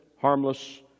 harmless